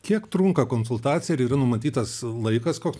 kiek trunka konsultacija ir yra numatytas laikas koks